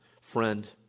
friend